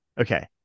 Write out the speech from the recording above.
Okay